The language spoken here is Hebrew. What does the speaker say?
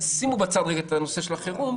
שימו בצד רגע את הנושא של החירום,